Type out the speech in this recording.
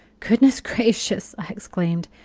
goodness gracious! i exclaimed,